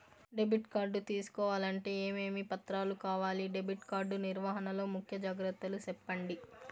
Debit card తీసుకోవాలంటే ఏమేమి పత్రాలు కావాలి? డెబిట్ కార్డు నిర్వహణ లో ముఖ్య జాగ్రత్తలు సెప్పండి?